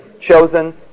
chosen